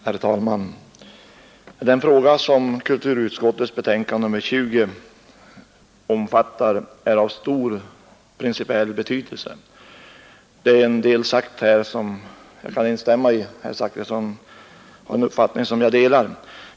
Herr talman! Den fråga som kulturutskottets betänkande nr 20 behandlar är av stor principiell betydelse. Jag kan instämma i en del av vad som har sagts här i dag — herr Zachrisson har en uppfattning som jag delar.